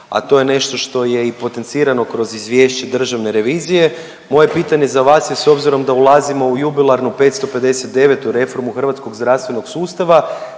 a to je nešto što je i potencirano kroz izvješće Državne revizije moje pitanje za vas je s obzirom da ulazimo u jubilarnu 559 reformu Hrvatskog zdravstvenog sustava